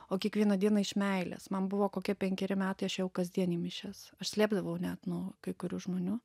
o kiekvieną dieną iš meilės man buvo kokie penkeri metai aš ėjau kasdien į mišias aš slėpdavau net nuo kai kurių žmonių